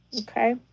Okay